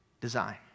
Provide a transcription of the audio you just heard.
design